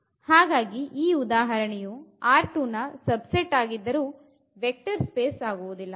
ಹಾಗಾಗಿ ಈ ಉದಾಹರಣೆಯು ನ ಸಬ್ ಸೆಟ್ ಆಗಿದ್ದರು ವೆಕ್ಟರ್ ಸ್ಪೇಸ್ ಆಗುವುದಿಲ್ಲ